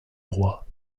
roi